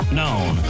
known